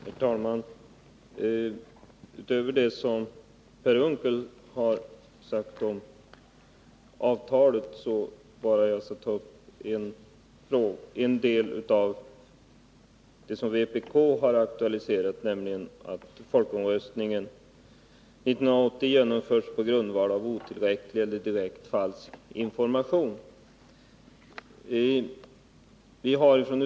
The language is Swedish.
Herr talman! Utöver det som Per Unckel har sagt om avtalet vill jag beröra en del av det som vpk har tagit upp, nämligen detta att folkomröstningen 1980 genomfördes på basis av otillräcklig eller direkt falsk information.